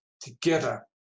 Together